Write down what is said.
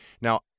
Now